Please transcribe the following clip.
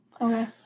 Okay